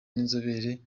n’inzobere